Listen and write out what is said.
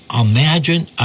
imagine